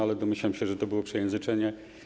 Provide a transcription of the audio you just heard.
ale domyślam się, że to było przejęzyczenie.